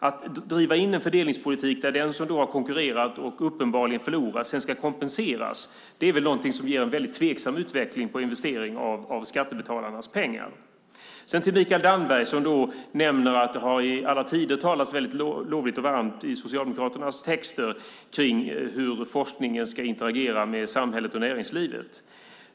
Att driva en fördelningspolitik där den som har konkurrerat och uppenbarligen förlorat sedan ska kompenseras är väl någonting som ger en väldigt tveksam utveckling för investeringen av skattebetalarnas pengar. Mikael Damberg nämner att det i alla tider har talats vällovligt och varmt i Socialdemokraternas texter kring hur forskningen ska interagera med samhället och näringslivet.